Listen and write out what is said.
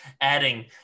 adding